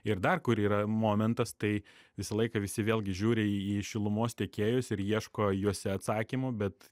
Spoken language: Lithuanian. ir dar kur yra momentas tai visą laiką visi vėlgi žiūri į šilumos tiekėjus ir ieško juose atsakymų bet